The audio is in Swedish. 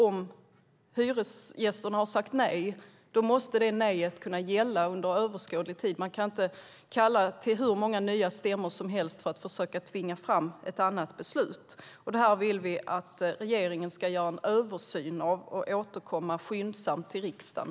Om hyresgästerna har sagt nej måste det beslutet kunna gälla under överskådlig tid. Man ska inte kunna kalla till hur många nya stämmor som helst för att försöka tvinga fram ett annat beslut. Det här vill vi att regeringen ska göra en översyn av och sedan återkomma skyndsamt till riksdagen.